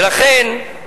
ולכן,